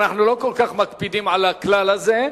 אנחנו לא כל כך מקפידים על הכלל הזה,